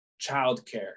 childcare